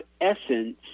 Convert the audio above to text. essence